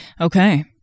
Okay